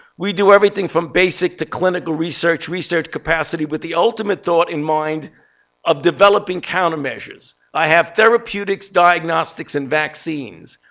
we do everything from basic to clinical research, research capacity, with the ultimate thought in mind of developing countermeasures. i have therapeutics, diagnostics, and vaccines.